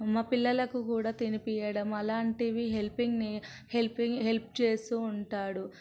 మా పిల్లలకు కూడా తినిపియడం అలాంటివి హెల్పింగ్ని హెల్పింగ్ హెల్ప్ చేస్తూ ఉంటాడు